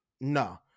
No